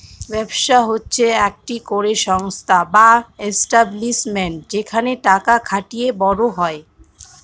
ব্যবসা হচ্ছে একটি করে সংস্থা বা এস্টাব্লিশমেন্ট যেখানে টাকা খাটিয়ে বড় হয়